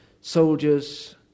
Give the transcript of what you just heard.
Soldiers